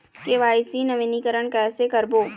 KYC नवीनीकरण कैसे करबो?